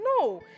No